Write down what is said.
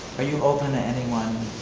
are you open to anyone